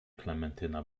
klementyna